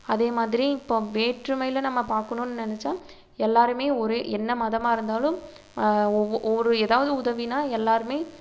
அதே மாதிரி இப்போது வேற்றுமையில் நம்ம பாக்கணுன்னு நினச்சா எல்லாருமே ஒரே என்ன மதமாக இருந்தாலும் ஒவ்வொ ஒவ்வொரு ஏதாவுது உதவினால் எல்லோருமே